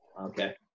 Okay